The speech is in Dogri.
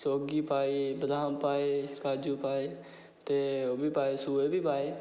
सोगी पाई बादाम पाये काजू पाये ते ओह्बी पाये सोऐ बी पाये ते